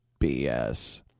BS